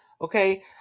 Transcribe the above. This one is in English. Okay